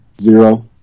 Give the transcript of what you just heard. Zero